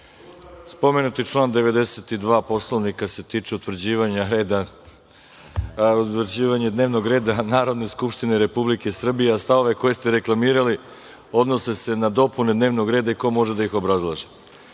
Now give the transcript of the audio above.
Spomenuti član 92. Poslovnika se tiče utvrđivanja dnevnog reda Narodne skupštine Republike Srbije, a stavovi koje ste reklamirali se odnose na dopune dnevnog reda i ko može da ih obrazlaže.